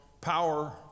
power